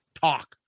talk